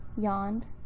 yawned